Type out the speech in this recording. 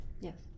Yes